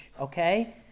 okay